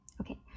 Okay